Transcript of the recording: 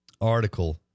article